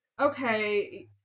okay